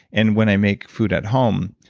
and when i make food at home,